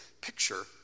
picture